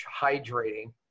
hydrating